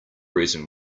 reason